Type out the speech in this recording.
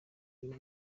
iyi